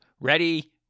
Ready